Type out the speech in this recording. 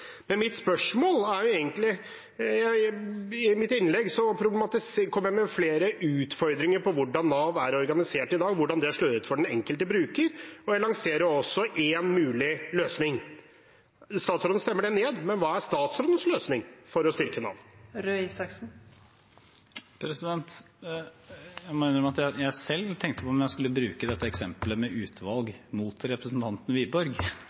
Mitt spørsmål er egentlig: I mitt innlegg kom jeg med flere utfordringer på hvordan Nav er organisert i dag, hvordan det slår ut for den enkelte bruker. Jeg lanserer også en mulig løsning. Statsråden stemmer det ned, men hva er statsrådens løsning for å styrke Nav? Jeg må innrømme at jeg selv tenkte på om jeg skulle bruke dette eksemplet med utvalg mot representanten Wiborg,